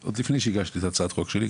עוד לפני שהגשתי את הצעת החוק שלי,